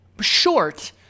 short